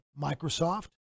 Microsoft